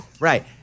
Right